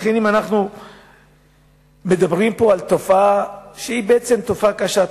אנחנו מדברים פה על תופעה קשה,